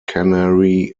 canary